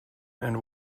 and